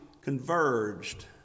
converged